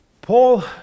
Paul